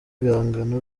ibihangano